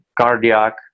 cardiac